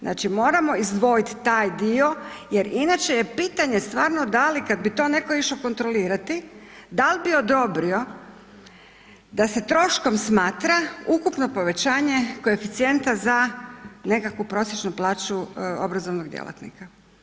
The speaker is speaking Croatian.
Znači moramo izdvojiti taj dio jer inače pitanje je stvarno da li kada bi to neko išao kontrolirati dal bi odobrio da se troškom smatra ukupno povećanje koeficijenta za nekakvu prosječnu plaću obrazovnog djelatnika.